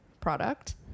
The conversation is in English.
product